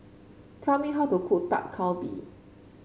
tell me how to cook Dak Galbi